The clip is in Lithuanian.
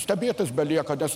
stebėtis belieka nes